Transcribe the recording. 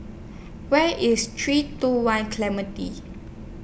Where IS three two one Clementi